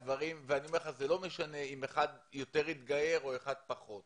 אני אומר לך שזה לא משנה אם אחד יותר יתגייר או אחד פחות.